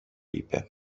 είπε